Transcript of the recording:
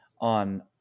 on